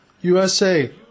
USA